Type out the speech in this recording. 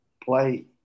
play